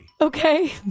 Okay